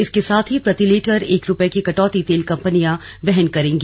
इसके साथ ही प्रति लीटर एक रुपये की कटौती तेल कंपनियां वहन करेंगी